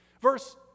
verse